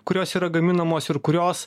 kurios yra gaminamos ir kurios